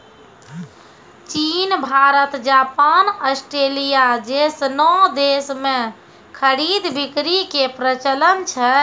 चीन Bharat Japan Australia जैसनो देश मे खरीद बिक्री के प्रचलन छै